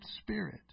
spirit